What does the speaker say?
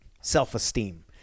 self-esteem